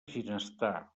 ginestar